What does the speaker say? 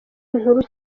inkuru